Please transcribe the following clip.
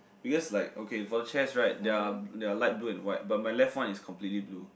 because like okay for chairs right their their light blue and white but my left one is complete blue